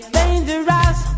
dangerous